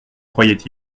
croyait